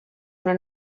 una